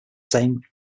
same